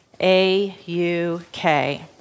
A-U-K